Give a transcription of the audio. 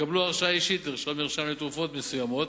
יקבלו הרשאה אישית לרשום מרשם לתרופות מסוימות